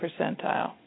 percentile